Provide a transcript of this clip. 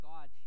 God